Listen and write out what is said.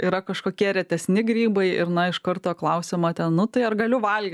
yra kažkokie retesni grybai ir na iš karto klausiama ten nu tai ar galiu valgyt